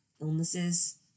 illnesses